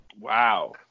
Wow